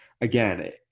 Again